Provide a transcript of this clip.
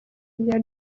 rya